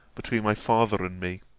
between my father and me